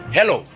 Hello